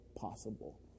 possible